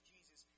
Jesus